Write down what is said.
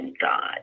God